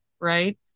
Right